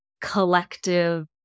collective